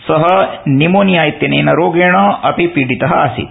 स निमोनिया इत्यनेन रोगेण अपि पीड़ित आसीत्